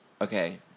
okay